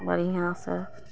बढ़िआँ सऽ